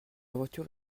voiture